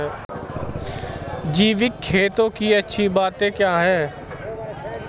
जैविक खेती की अच्छी बातें क्या हैं?